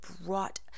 brought